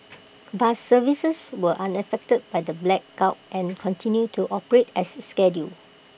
bus services were unaffected by the blackout and continued to operate as scheduled